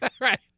Right